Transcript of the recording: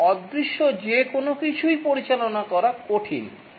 এবং অদৃশ্য যে কোনও কিছুই পরিচালনা করা কঠিন